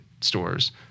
stores